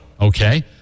Okay